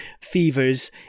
fevers